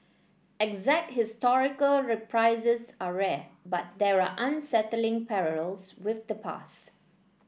exact historical reprises are rare but there are unsettling parallels with the past